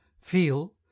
feel